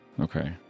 Okay